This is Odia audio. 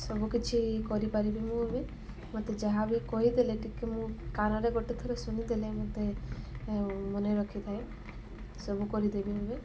ସବୁ କିଛି କରିପାରିବି ମୁଁ ଏବେ ମୋତେ ଯାହା ବି କହିଦେଲେ ଟିକେ ମୁଁ କାନରେ ଗୋଟେ ଥର ଶୁଣିଦେଲେ ମୋତେ ମନେ ରଖିଥାଏ ସବୁ କରିଦେବି ଏବେ